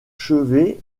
chevet